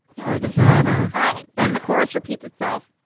for the summer. all right, then the chorus repeats itself.